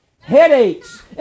headaches